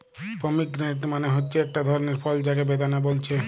pomegranate মানে হচ্ছে একটা ধরণের ফল যাকে বেদানা বলছে